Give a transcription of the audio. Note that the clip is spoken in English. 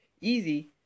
easy